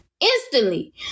Instantly